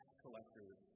collectors